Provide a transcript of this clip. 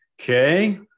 Okay